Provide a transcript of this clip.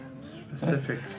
Specific